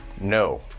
no